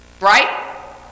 Right